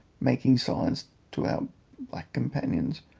making signs to our black companions,